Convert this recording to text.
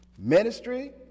ministry